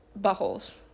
buttholes